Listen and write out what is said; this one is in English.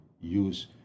use